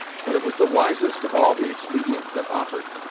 but it was the wisest of all the expedients that offered,